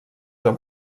amb